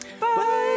bye